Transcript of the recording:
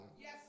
Yes